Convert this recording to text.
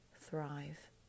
thrive